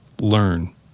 Learn